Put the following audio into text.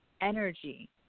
energy